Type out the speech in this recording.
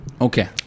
Okay